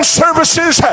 services